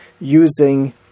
using